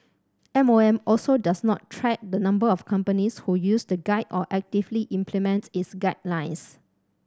M O M also does not track the number of companies who use the guide or actively implements its guidelines